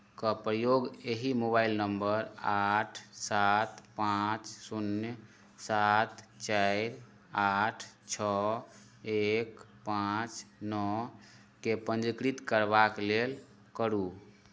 के प्रयोग एहि मोबाइल नम्बर आठ सात पाँच शून्य सात चारि आठ छओ एक पाँच नओकेँ पञ्जीकृत करबाक लेल करू